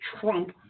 Trump